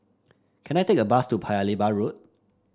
can I take a bus to Paya Lebar Road